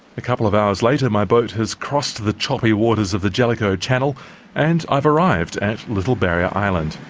a couple of hours later my boat has crossed the choppy waters of the jellicoe channel and i've arrived at little barrier island.